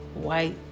white